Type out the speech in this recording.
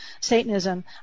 Satanism